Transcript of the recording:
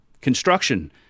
construction